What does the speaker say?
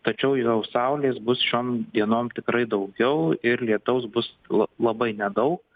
tačiau jau saulės bus šiom dienom tikrai daugiau ir lietaus bus labai nedaug